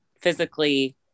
physically